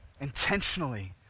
intentionally